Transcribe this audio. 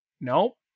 Nope